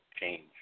change